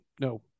No